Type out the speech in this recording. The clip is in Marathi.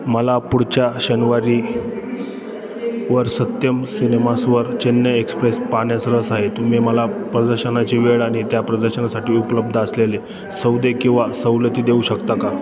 मला पुढच्या शनिवारी वर सत्यम सिनेमासवर चेन्नई एक्सप्रेस पाहण्यास रस आहे तुम्ही मला प्रदर्शनाची वेळ आणि त्या प्रदर्शनासाठी उपलब्ध असलेले सौदे किंवा सवलती देऊ शकता का